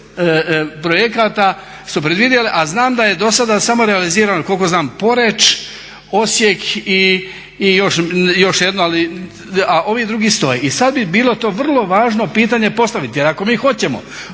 projekata su predvidjeli a znam da je do sada samo realizirano koliko znam Poreč, Osijek i još jedno a ovi drugi stoje. I sada bi bilo to vrlo važno pitanje postaviti. Jer ako mi hoćemo